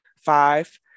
Five